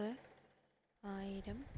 നൂറ് ആയിരം